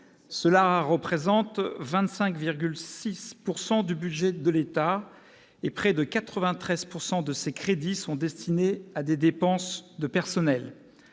qui représente 25,68 % du budget de l'État. Près de 93 % de ces crédits sont destinés à des dépenses de personnel.